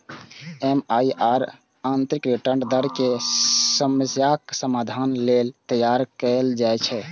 MIRR आंतरिक return दर के समस्याक समाधान लेल तैयार कैल जाइ छै